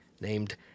named